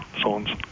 zones